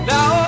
Now